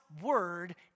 word